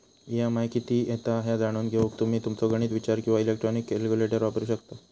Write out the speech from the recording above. EMI किती येता ह्या जाणून घेऊक तुम्ही तुमचो गणिती विचार किंवा इलेक्ट्रॉनिक कॅल्क्युलेटर वापरू शकता